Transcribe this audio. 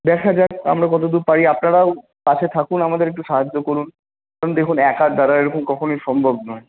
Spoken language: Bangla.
দেখা যাক আমরা কতদূর পারি আপনারাও টাচে থাকুন আমাদের একটু সাহায্য করুন দেখুন একার দ্বারা এইরকম কখনোই সম্ভব নয়